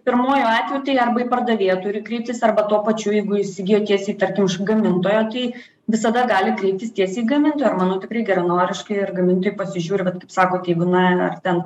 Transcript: pirmuoju atveju arba į pardavėją turi kreiptis arba tuo pačiu jeigu įsigijotiesiai tarkim iš gamintojo tai visada gali kreiptis tiesiai į gamintą ir manau tikrai geranoriškai ir gamintojai pasižiūri vat kaip sako jeigu na ar ten